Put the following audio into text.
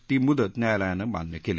ती मुदत न्यायालयानं मान्य केली